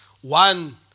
one